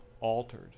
altered